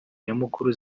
nyamukuru